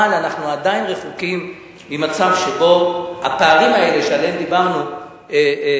אבל אנחנו עדיין רחוקים ממצב שבו הפערים האלה שעליהם דיברנו יופסקו,